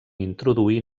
introduir